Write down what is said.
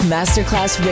Masterclass